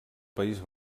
país